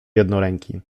jednoręki